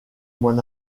mon